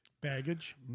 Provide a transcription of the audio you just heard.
baggage